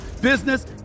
business